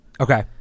Okay